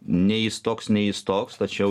nei jis toks nei jis toks tačiau